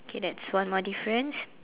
K that's one more difference